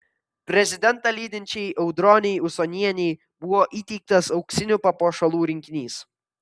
prezidentą lydinčiai audronei usonienei buvo įteiktas auksinių papuošalų rinkinys